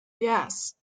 yes